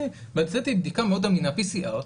מצאתי בדיקה מאוד אמינה PCR,